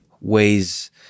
ways